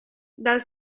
dal